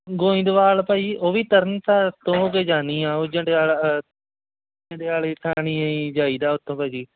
ਗੋਇੰਦਵਾਲ ਭਾਅ ਜੀ ਉਹ ਵੀ ਤਰਨਤਾਰਨ ਤੋਂ ਹੋ ਕੇ ਜਾਣੀ ਆ ਉਹ ਜੰਡਿਆਲਾ ਜੰਡਿਆਲੇ ਥਾਣੀ ਜਾਈਦਾ ਉੱਥੋਂ ਭਾਅ ਜੀ